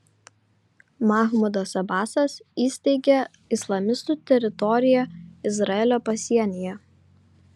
mahmudas abasas įsteigė islamistų teritoriją izraelio pasienyje